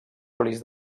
olis